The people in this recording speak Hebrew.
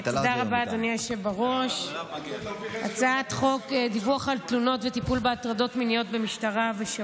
אני קובע שהצעת חוק התכנון והבנייה (תיקון מס'